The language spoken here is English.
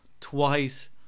twice